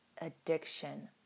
addiction